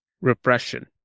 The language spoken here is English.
repression